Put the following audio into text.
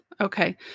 Okay